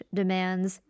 demands